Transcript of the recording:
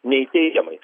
nei teigiamai